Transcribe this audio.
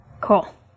Cool